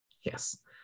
Yes